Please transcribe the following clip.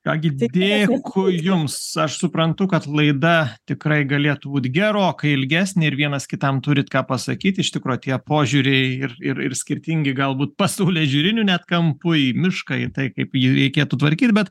ką gi dėkui jums aš suprantu kad laida tikrai galėtų būti gerokai ilgesnė ir vienas kitam turit ką pasakyti iš tikro tie požiūriai ir ir skirtingi galbūt pasaulėžiūriniu net kampu į mišką ir tai kaip jį reikėtų tvarkyt bet